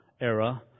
era